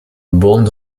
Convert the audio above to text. bande